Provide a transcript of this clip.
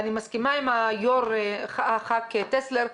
ואני מסכימה עם היושב ראש חבר הכנסת טסלר,